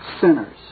sinners